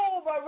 over